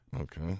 Okay